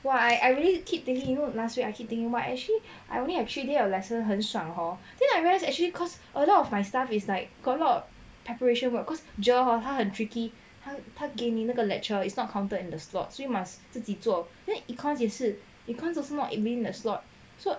!wah! I I really keep thinking you know last week I keep thinking like actually I only have three lesson 很爽 hor then I realise actually cause a lot of my stuff is like got lot of preparation work cause J_E_R hor 他很 tricky 他给你那个 lecture is not counted in the slots we must 自己做 then econs 也是 econs also not immune to a slot